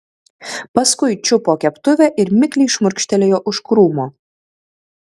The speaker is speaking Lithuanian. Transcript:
paskui čiupo keptuvę ir mikliai šmurkštelėjo už krūmo